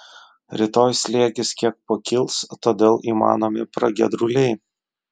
rytoj slėgis kiek pakils todėl įmanomi pragiedruliai